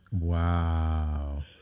Wow